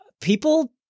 people